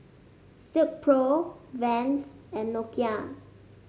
Silkpro Vans and Nokia